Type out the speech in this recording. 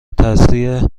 تسریع